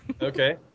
Okay